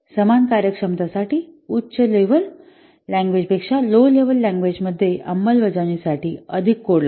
समान कार्यक्षमता साठी उच्च हाय लेव्हल लँग्वेज पेक्षा लो लेव्हल लँग्वेज मध्ये अंमलबजावणी साठी अधिक कोड लागतो